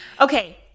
Okay